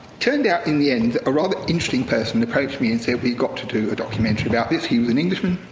turned out in the end, a rather interesting person approached me and said, we've got to do a documentary about this. he was an englishman,